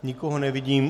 Nikoho nevidím.